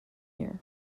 year